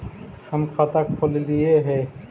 हम खाता खोलैलिये हे?